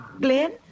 Glenn